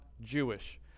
Jewish